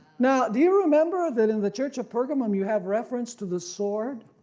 now do you remember that in the church of pergamum you have reference to the sword.